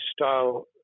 style